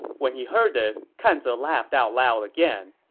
when he heard this, kan ze laughed out loud again.